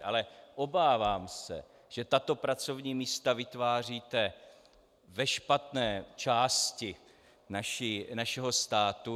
Ale obávám se, že tato pracovní místa vytváříte ve špatné části našeho státu.